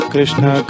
Krishna